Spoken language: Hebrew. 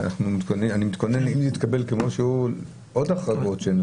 אם זה יתקבל כמו שהוא אני מתכוון שיהיו עוד החרגות.